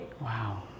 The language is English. Wow